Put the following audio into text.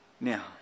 Now